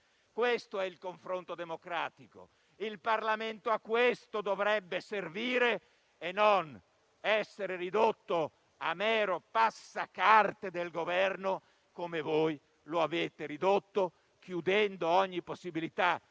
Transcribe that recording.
questo è il confronto democratico e il Parlamento dovrebbe servire a questo e non essere ridotto a mero passacarte del Governo, come lo avete ridotto, chiudendo ogni possibilità